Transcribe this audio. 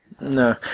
No